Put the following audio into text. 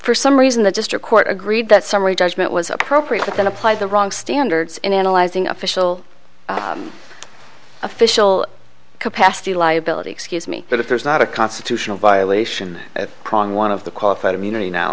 for some reason the district court agreed that summary judgment was appropriate and applied the wrong standards in analyzing official official capacity liability excuse me but if there's not a constitutional violation prong one of the qualified immunity